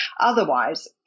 Otherwise